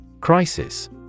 Crisis